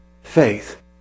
faith